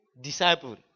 disciple